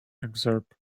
excerpt